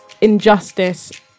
injustice